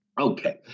Okay